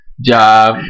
job